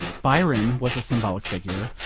byron was a symbolic figure,